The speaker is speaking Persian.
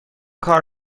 کار